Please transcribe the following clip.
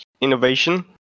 innovation